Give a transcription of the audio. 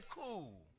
cool